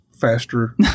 faster